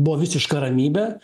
buvo visiška ramybė